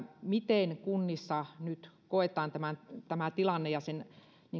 miten kunnissa nyt koetaan tämä tilanne ja sen